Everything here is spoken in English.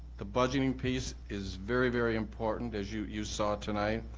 the budgeting piece is very, very important, as you you saw tonight.